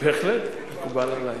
בהחלט מקובל עלי.